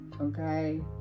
Okay